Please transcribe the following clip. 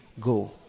go